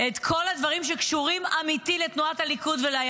כאימא לשלושה ילדים שהיו מפקדי מעוז בית"ר,